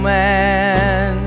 man